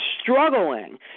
struggling